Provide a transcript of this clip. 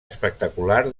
espectacular